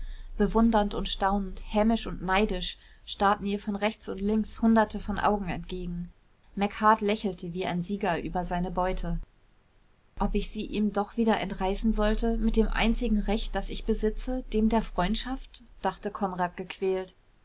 bewundernd und staunend hämisch und neidisch starrten ihr von rechts und links hunderte von augen entgegen macheart lächelte wie ein sieger über seine beute ob ich sie ihm doch wieder entreißen sollte mit dem einzigen recht das ich besitze dem der freundschaft dachte konrad gequält